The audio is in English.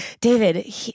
David